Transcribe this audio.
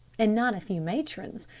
and not a few matrons,